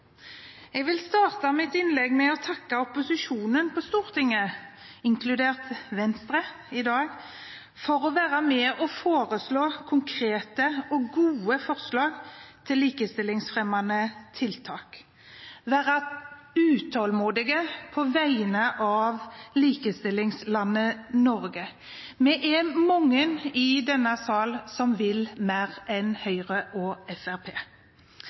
Jeg vil starte mitt innlegg med å takke opposisjonen på Stortinget, inkludert Venstre i dag, for å være med på å foreslå konkrete og gode forslag til likestillingsfremmende tiltak, og for å være utålmodige på vegne av likestillingslandet Norge. Vi er mange i denne salen som vil mer enn Høyre og